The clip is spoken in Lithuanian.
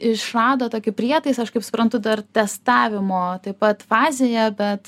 išrado tokį prietaisą aš kaip suprantu dar testavimo taip pat fazėje bet